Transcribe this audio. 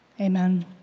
Amen